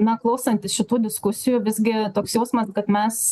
na klausantis šitų diskusijų visgi toks jausmas kad mes